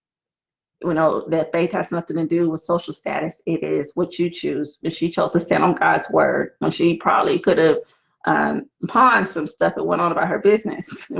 you know that faith has nothing to do with social status it is would you choose if she chose to stand on god's word when she probably could have ah pawned some stuff that went on about her business.